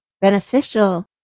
beneficial